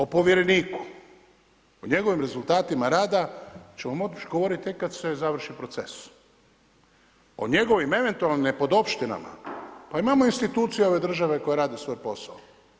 O povjereniku, o njegovim rezultatima rada ćemo moći govoriti tek kada se završi proces, o njegovim eventualnim nepodopštinama pa imamo institucije ove države koje rade svoj posao.